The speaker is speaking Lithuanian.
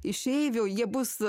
išeivių jie bus